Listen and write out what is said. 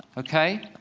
okay?